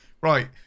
Right